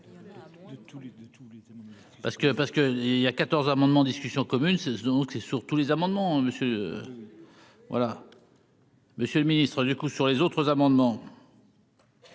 parce que il y a 14 amendements en discussion commune c'est donc c'est sur tous les amendements monsieur voilà. Monsieur le Ministre du coup sur les autres amendements.